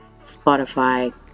Spotify